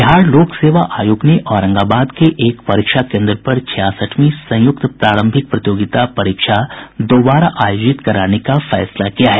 बिहार लोक सेवा आयोग ने औरंगाबाद के एक परीक्षा केन्द्र पर छियासठवीं संयुक्त प्रारंभिक प्रतियोगिता परीक्षा दोबारा आयोजित कराने का फैसला किया है